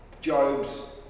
Job's